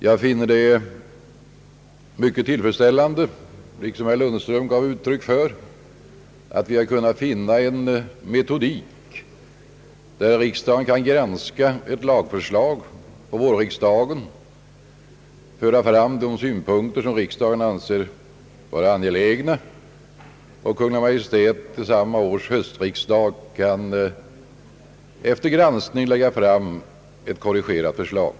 Jag finner det liksom herr Lundström mycket tillfredsställande att vi har kunnat skapa en sådan metodik, att riksdagen kan granska ett lagförslag under vårsessionen och föra fram de synpunkter, som den anser vara angelägna, varefter Kungl. Maj:t till samma års höstriksdag också efter granskning kan lägga fram ett korrigerat förslag.